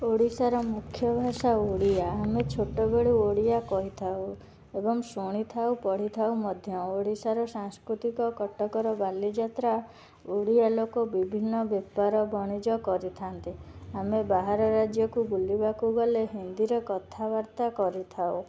ଓଡ଼ିଶାର ମୁଖ୍ୟ ଭାଷା ଓଡ଼ିଆ ଆମେ ଛୋଟ ବେଳୁ ଓଡ଼ିଆ କହିଥାଉ ଏବଂ ଶୁଣିଥାଉ ପଢ଼ିଥାଉ ମଧ୍ୟ ଓଡ଼ିଶାର ସାଂସ୍କୃତିକ କଟକର ବାଲିଯାତ୍ରା ଓଡ଼ିଆ ଲୋକ ବିଭିନ୍ନ ବେପାର ବାଣିଜ୍ୟ କରିଥାନ୍ତି ଆମେ ବାହାର ରାଜ୍ୟକୁ ବୁଲିବାକୁ ଗଲେ ହିନ୍ଦୀରେ କଥାବାର୍ତ୍ତା କରିଥାଉ